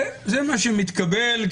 זה מה שמתקבל,